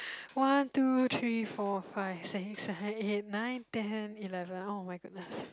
one two three four five six seven eight nine ten eleven [oh]-my-goodness